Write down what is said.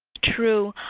true,